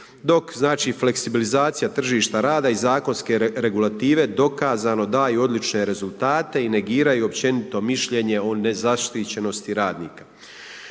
Dok znači fleksibilizacija tržišta rada i zakonske regulative dokazano daju odlične rezultate i negiraju općenito mišljenje o nezaštićenosti radnika.